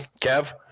Kev